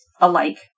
alike